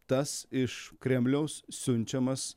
tas iš kremliaus siunčiamas